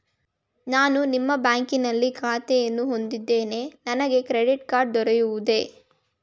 ನಾನು ನಿಮ್ಮ ಬ್ಯಾಂಕಿನಲ್ಲಿ ಖಾತೆಯನ್ನು ಹೊಂದಿದ್ದೇನೆ ನನಗೆ ಕ್ರೆಡಿಟ್ ಕಾರ್ಡ್ ದೊರೆಯುವುದೇ?